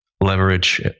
leverage